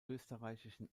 österreichischen